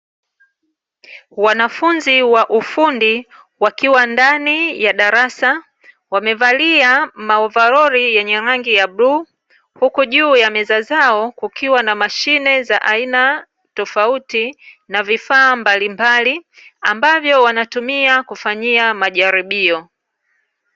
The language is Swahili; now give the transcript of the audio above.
Wanafunzi wa ufundi wakiwa ndani ya darasa, wamevalia maovaroli yenye rangi ya bluu, huku juu ya meza zao kukiwa na mashine za aina tofauti, na vifaa mbalimbali ambavyo wanatumia kufanyia majaribio.